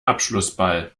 abschlussball